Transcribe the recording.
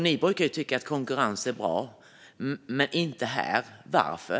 Ni brukar ju tycka att konkurrens är bra, Mats Green - men inte här. Varför?